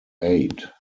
aid